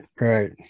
right